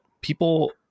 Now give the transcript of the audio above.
people